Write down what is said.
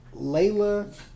Layla